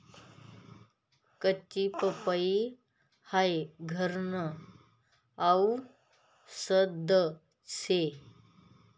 कच्ची पपई हाई घरन आवषद शे